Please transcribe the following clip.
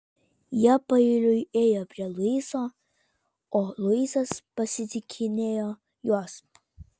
jie paeiliui ėjo prie luiso o luisas pasitikinėjo juos